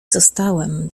zostałem